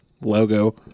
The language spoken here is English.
logo